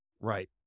Right